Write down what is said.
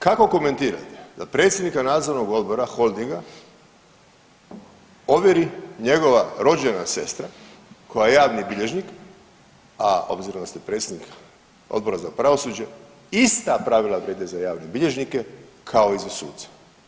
Kako komentirate da predsjednika nadzornog odbora holdinga ovjeri njegova rođena sestra koja je javni bilježnik, a obzirom da ste predsjednik Odbora za pravosuđe, ista pravila vrijede za javne bilježnike kao i za suce.